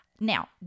Now